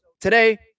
today